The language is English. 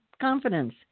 confidence